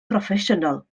broffesiynol